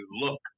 look